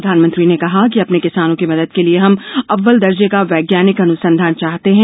प्रधानमंत्री ने कहा कि अपने किसानों की मदद के लिए हम अव्वल दर्जे का वैज्ञानिक अनुसंधान चाहते हैं